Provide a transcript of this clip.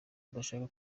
adashaka